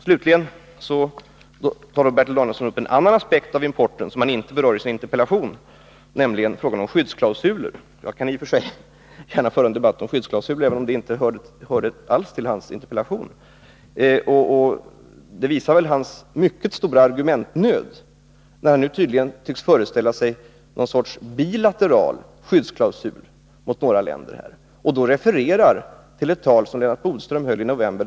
Slutligen tar Bertil Danielsson upp en annan aspekt när det gäller importen som han inte berör i sin interpellation, nämligen frågan om skyddsklausuler. Jag kan i och för sig gärna föra en debatt om skyddsklausuler, även om den frågan inte alls hörde till Bertil Danielssons interpellation. Bertil Danielssons mycket stora argumentnöd visas av att han nu tydligen tycks föreställa sig någon sorts bilateral skyddsklausul mot några länder och i det sammanhanget refererar till ett tal som Lennart Bodström höll i november.